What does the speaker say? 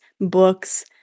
books